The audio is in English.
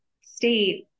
state